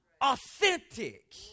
authentic